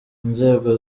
inzego